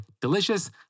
delicious